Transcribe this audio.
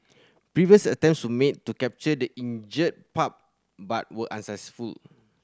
previous attempts made to capture the injured pup but were unsuccessful